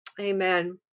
Amen